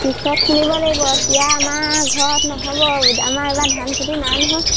পিছত খুন্দিব লাগিব চিৰা আমাৰ ঘৰত নহ'ব আমাৰ এইবাৰ ধান খেতি নাই নহয়